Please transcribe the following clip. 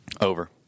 Over